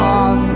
on